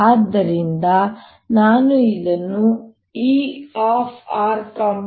ಆದ್ದರಿಂದ ನಾನು ಇದನ್ನು ErtE0 k